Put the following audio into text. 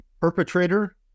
perpetrator